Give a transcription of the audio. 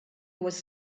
was